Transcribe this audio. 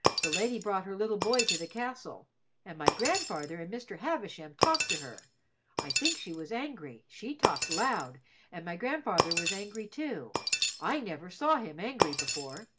the lady brought her little boy to the castle and my grandfarther and mr. havisham talked to her i think she was angry she talked loud and my grandfarther was angry too i never saw him angry before